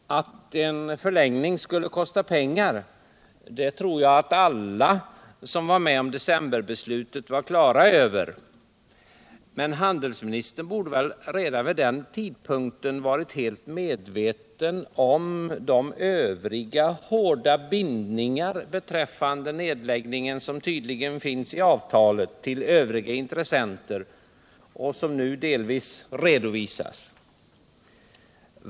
Att en förlängning skulle kosta pengar, det tror jag att alla som var med om decemberbeslutet var på det klara med, men handelsminister Burenstam Linder borde väl redan vid den tidpunkten ha varit fullt medveten om de övriga hårda bindningar beträffande nedläggningen som finns i avtalet till övriga intressenter och som nu delvis redovisas.